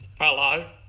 Hello